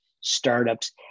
startups